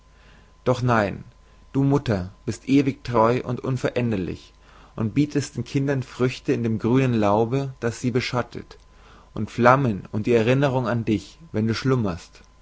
doch nein du mutter bist ewig treu und unveränderlich und bietest den kindern früchte in dem grünen laube das sie beschattet und flammen und die erinnerung an dich wenn du schlummerst